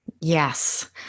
Yes